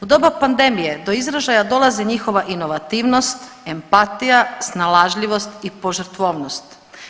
U doba pandemije do izražaja dolazi njihova inovativnost, empatija, snalažljivost i požrtvovnost.